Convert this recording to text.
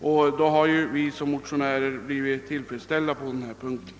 Om så sker har önskemålen från oss motionärer på denna punkt blivit tillgodosedda.